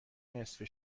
نصفه